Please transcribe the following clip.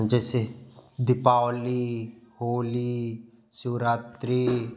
जैसे दीपावली होली शिवरात्रि